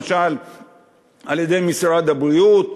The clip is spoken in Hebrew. למשל על-ידי משרד הבריאות,